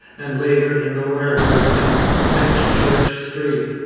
and later in the warehouse in fenchurch street.